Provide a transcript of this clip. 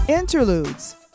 interludes